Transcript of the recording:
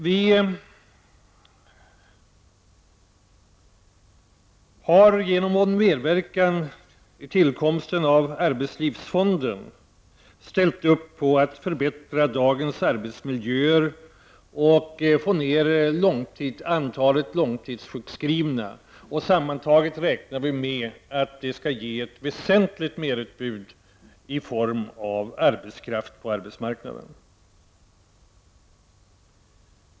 Vi har genom vår medverkan vid tillkomsten av arbetslivsfonden bidragit till att förbättra dagens arbetsmiljöer och få ner antalet långtidssjukskrivna. Vi räknar med att detta sammantaget skall ge ett väsentligt merutbud av arbetskraft på arbetsmarknaden.